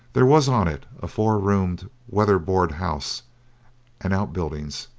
there was on it a four-roomed, weather-board house and outbuildings,